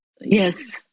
Yes